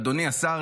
אדוני השר.